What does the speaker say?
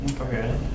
Okay